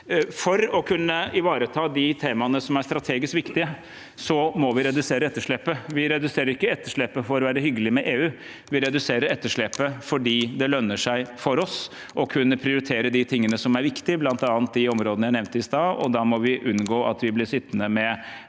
For å kunne ivareta de temaene som er strategisk viktige, må vi redusere etterslepet. Vi reduserer ikke etterslepet for å være hyggelige med EU – vi reduserer etterslepet fordi det lønner seg for oss å kunne prioritere de tingene som er viktige, bl.a. de områdene jeg nevnte i sted. Da må vi unngå at vi blir sittende med